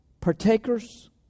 partakers